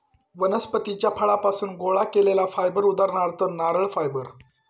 वनस्पतीच्या फळांपासुन गोळा केलेला फायबर उदाहरणार्थ नारळ फायबर